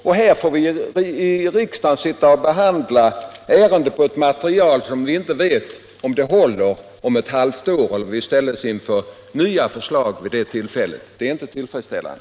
Och i riksdagen får vi sitta och behandla ärenden med ett underlag som vi inte vet om det håller om ett halvår eller om vi då ställs inför nya förslag. Det är inte tillfredsställande.